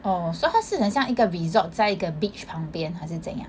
oh so 他是很像一个 resort 在一个 beach 旁边还是怎样